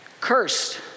Cursed